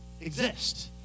exist